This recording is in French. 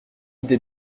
des